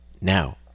now